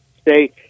stay